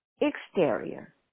exterior